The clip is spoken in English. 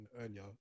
earlier